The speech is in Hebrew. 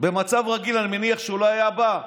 במצב רגיל אני מניח שהוא לא היה בא,